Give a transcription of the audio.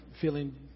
feeling